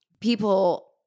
people